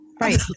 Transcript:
Right